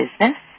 Business